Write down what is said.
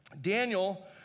Daniel